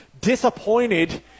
disappointed